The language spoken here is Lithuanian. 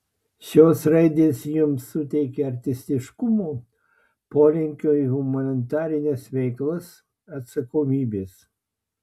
šios raidės jums suteikia artistiškumo polinkio į humanitarines veiklas atsakomybės